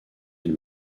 elle